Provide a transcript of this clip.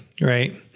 right